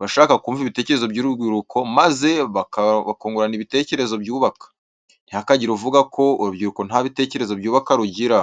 bashaka kumva ibitekerezo by'urubyuruko, maze bakungurana ibitekerezo byubaka. Ntihakagire uvuga ko urubyiruko nta bitekerezo byubaka rugira.